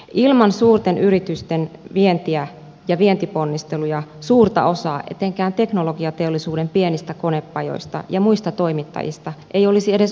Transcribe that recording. ilman suurten yritysten vientiä ja vientiponnisteluja suurta osaa etenkään teknologiateollisuuden pienistä konepajoista ja muista toimittajista ei olisi edes olemassa